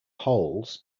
holes